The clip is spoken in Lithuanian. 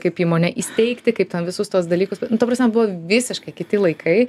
kaip įmonę įsteigti kaip ten visus tuos dalykus ta prasme buvo visiškai kiti laikai